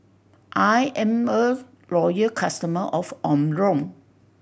I am a loyal customer of Omron